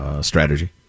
strategy